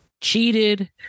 cheated